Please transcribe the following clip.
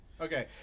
Okay